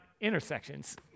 intersections